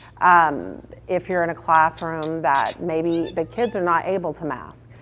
um if you're in a classroom that maybe the kids are not able to mask.